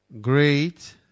great